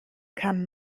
kann